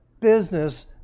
business